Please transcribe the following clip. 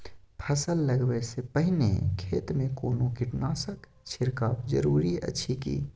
फसल लगबै से पहिने खेत मे कोनो कीटनासक छिरकाव जरूरी अछि की?